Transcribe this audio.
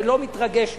ולא מתרגש מזה.